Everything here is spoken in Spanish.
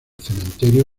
cementerio